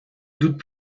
doutent